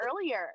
earlier